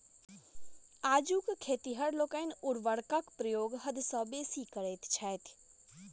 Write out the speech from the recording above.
आजुक खेतिहर लोकनि उर्वरकक प्रयोग हद सॅ बेसी करैत छथि